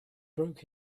broke